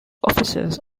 offices